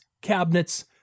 cabinets